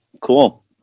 cool